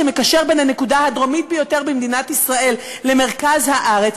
שמקשר את הנקודה הדרומית ביותר במדינת ישראל למרכז הארץ,